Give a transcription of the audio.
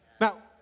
now